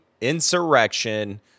insurrection